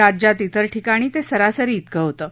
राज्यात इतर ठिकाणी ते सरासरी इतकं होतं